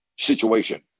Situation